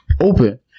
open